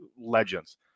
Legends